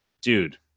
Dude